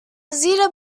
زیر